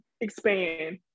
expand